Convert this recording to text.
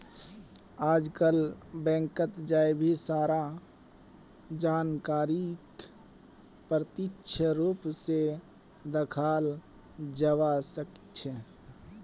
आजकल बैंकत जय भी सारा जानकारीक प्रत्यक्ष रूप से दखाल जवा सक्छे